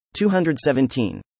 217